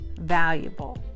valuable